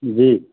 جی